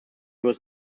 was